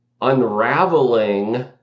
unraveling